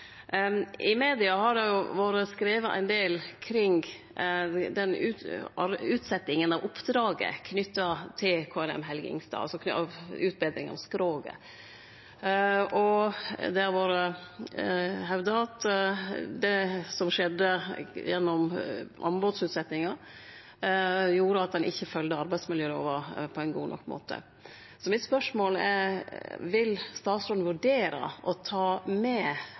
I media har det vore skrive ein del kring utsetjinga av oppdraget knytt til KNM «Helge Ingstad», altså utbetring av skroget. Det har vore hevda at det som skjedde gjennom anbodsutsetjinga, gjorde at ein ikkje følgde arbeidsmiljølova på ein god nok måte. Så spørsmålet mitt er: Vil statsråden vurdere å ta med